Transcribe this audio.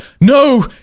no